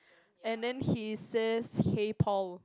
and then he says hey Paul